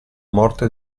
morte